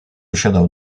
osiadał